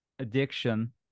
addiction